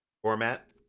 Format